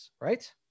right